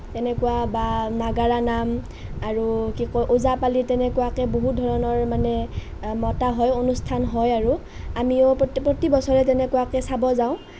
তেনেকুৱা বা নাগাৰা নাম আৰু কি কয় ওজাপালি তেনেকুৱাকৈ বহুত ধৰণৰ মানে মতা হয় অনুষ্ঠান হয় আৰু আমিও প্ৰতি প্ৰতি বছৰে তেনেকুৱাকৈ চাব যাওঁ